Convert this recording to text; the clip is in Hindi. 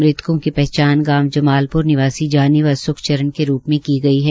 मृतकों की पहचान गावं जमालप्र निवासी जानी व स्खचरण के रूप में की गई है